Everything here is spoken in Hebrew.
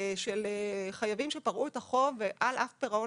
של חייבים שפרעו את החוב ועל אף פירעון